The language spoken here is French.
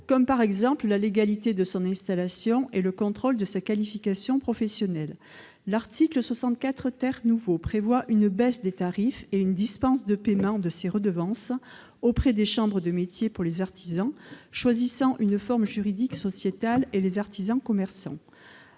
comme, par exemple, la légalité de son installation et le contrôle de sa qualification professionnelle. L'article 64 prévoit une baisse des tarifs et une dispense de paiement de ces redevances auprès des chambres de métiers pour les artisans qui choisissent une forme juridique sociétale et les artisans commerçants.